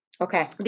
okay